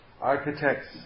architects